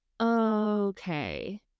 Okay